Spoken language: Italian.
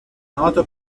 noto